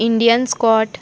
Indian scot